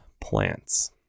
plants